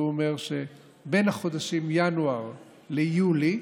והוא אומר שבין החודשים ינואר ליולי,